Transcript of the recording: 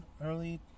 early